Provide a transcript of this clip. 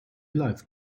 live